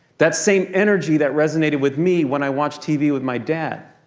that same energy that resonated with me when i watched tv with my dad.